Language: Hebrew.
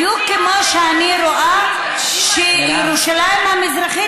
בדיוק כמו שאני רואה שירושלים המזרחית